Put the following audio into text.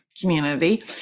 community